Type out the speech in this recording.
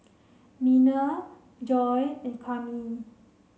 Miner Joi and Cami